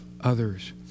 others